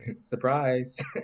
Surprise